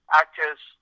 actors